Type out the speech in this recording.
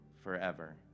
forever